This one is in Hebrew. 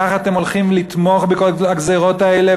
ככה אתם הולכים לתמוך בכל הגזירות האלה,